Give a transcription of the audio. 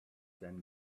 then